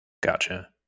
gotcha